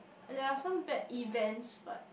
there are some bad events but